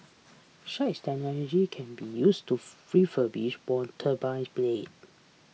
such technology can be used to refurbish worn turbine blade